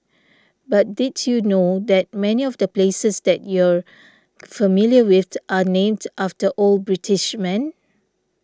but did you know that many of the places that you're familiar with are named after old British men